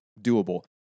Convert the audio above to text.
doable